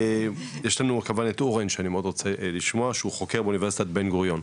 יש לנו את אורן מירון שהוא חוקר באוניברסיטת בן גוריון,